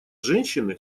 женщины